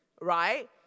right